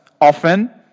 often